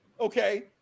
okay